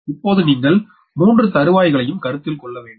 இப்போது நீங்கள் 3 தருவாய்களையும் கருத்தில் கொள்ள வேண்டும்